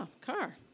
car